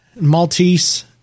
Maltese